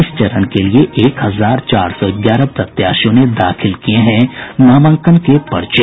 इस चरण के लिए एक हजार चार सौ ग्यारह प्रत्याशियों ने दाखिल किये हैं नामांकन के पर्चे